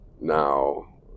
Now